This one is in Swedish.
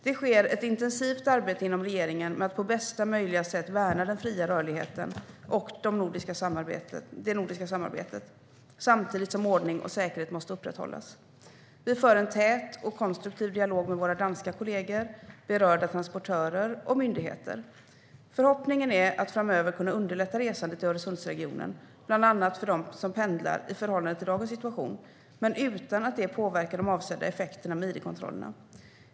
Det sker ett intensivt arbete inom regeringen med att på bästa möjliga sätt värna den fria rörligheten och det nordiska samarbetet samtidigt som ordning och säkerhet måste upprätthållas. Vi för en tät och konstruktiv dialog med våra danska kollegor, berörda transportörer och myndigheter. Förhoppningen är att framöver kunna underlätta resandet i Öresundsregionen bland annat för dem som pendlar i förhållande till dagens situation, men utan att det påverkar de avsedda effekterna med id-kontrollerna.